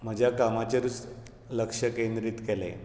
म्हज्या कामाचेरूच लक्ष केंद्रीत केलें